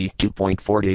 2.40